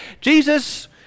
Jesus